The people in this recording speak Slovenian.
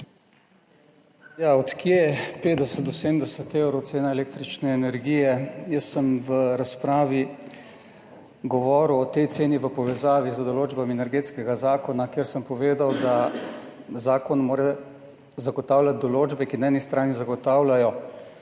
Od kje 50 do 70 evrov cena električne energije. Jaz sem v razpravi govoril o tej ceni v povezavi z določbami Energetskega zakona, kjer sem povedal, da mora zakon zagotavljati določbe, ki na eni strani zagotavljajo